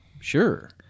Sure